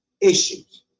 Issues